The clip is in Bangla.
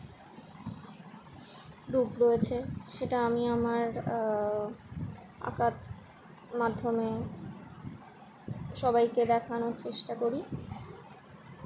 রূপ রয়েছে সেটা আমি আমার আঁকার মাধ্যমে সবাইকে দেখানোর চেষ্টা করি